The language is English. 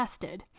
tested